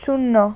শূন্য